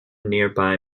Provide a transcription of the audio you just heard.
nearby